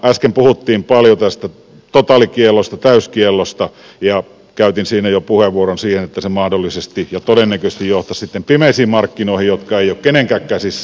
äsken puhuttiin paljon tästä totaalikiellosta täyskiellosta ja käytin siinä jo puheenvuoron siitä että se mahdollisesti ja todennäköisesti johtaisi sitten pimeisiin markkinoihin jotka eivät ole kenenkään käsissä